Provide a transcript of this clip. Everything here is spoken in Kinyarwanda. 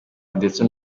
ndetse